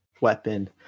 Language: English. weapon